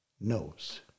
knows